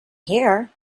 here